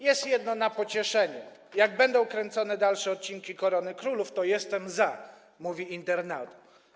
Jest jedna opinia na pocieszenie: jak będą kręcone dalsze odcinki „Korony królów”, to jestem za - mówi internauta.